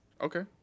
Okay